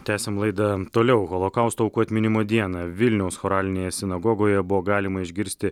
tęsiam laidą toliau holokausto aukų atminimo dieną vilniaus choralinėje sinagogoje buvo galima išgirsti